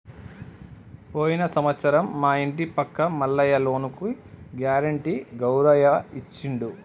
పోయిన సంవత్సరం మా ఇంటి పక్క మల్లయ్య లోనుకి గ్యారెంటీ గౌరయ్య ఇచ్చిండు